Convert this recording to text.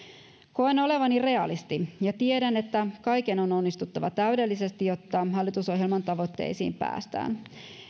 koen olevani realisti ja tiedän että kaiken on onnistuttava täydellisesti jotta hallitusohjelman tavoitteisiin päästään